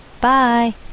Bye